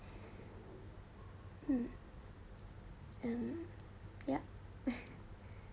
mm um yup